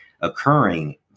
occurring